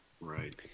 Right